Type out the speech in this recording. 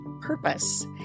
purpose